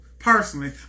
Personally